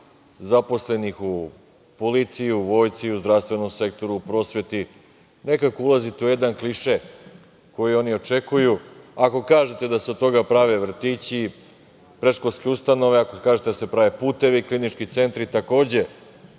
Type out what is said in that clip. zaposlenih u policiji, u vojsci, u zdravstvenom sektoru, prosveti, nekako ulazite u jedan kliše koji oni očekuju. Ako kažete da se od toga prave vrtići, predškolske ustanove, ako kažete da se prave putevi, klinički centri, takođe